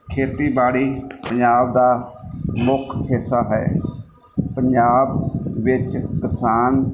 ਖੇਤੀਬਾੜੀ ਪੰਜਾਬ ਦਾ ਮੁੱਖ ਹਿੱਸਾ ਹੈ ਪੰਜਾਬ ਵਿੱਚ ਕਿਸਾਨ